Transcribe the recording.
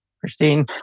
Christine